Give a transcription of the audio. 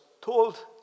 told